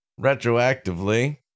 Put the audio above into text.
retroactively